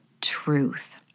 truth